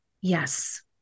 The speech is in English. Yes